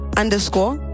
underscore